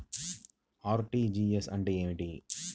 RTGS అంటే ఏమిటి?